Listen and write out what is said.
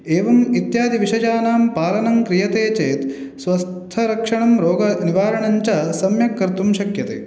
एवं इत्यादिविषयानां पालनं क्रियते चेत् स्वस्थरक्षणं रोगनिवारणञ्च सम्यक् कर्तुं शक्यते